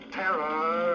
terror